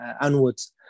onwards